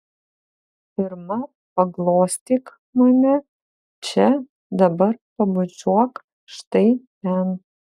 pirma paglostyk mane čia dabar pabučiuok štai ten